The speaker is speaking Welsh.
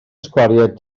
sgwariau